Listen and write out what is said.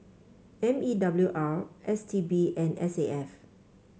M E W R S T B and S A F